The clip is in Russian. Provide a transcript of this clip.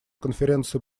конференции